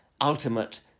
ultimate